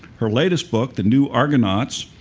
her latest book, the new argonauts,